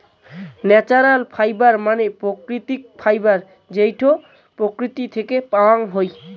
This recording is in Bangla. ন্যাচারাল ফাইবার মানে প্রাকৃতিক ফাইবার যেইটো প্রকৃতি থেকে পাওয়াঙ যাই